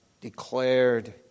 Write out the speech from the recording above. declared